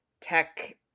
tech